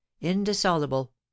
indissoluble